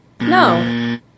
No